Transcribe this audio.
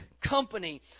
company